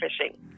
fishing